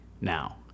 now